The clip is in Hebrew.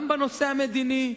גם בנושא המדיני.